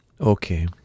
Okay